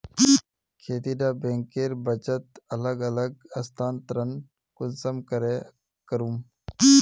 खेती डा बैंकेर बचत अलग अलग स्थानंतरण कुंसम करे करूम?